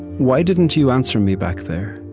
why didn't you answer me back there?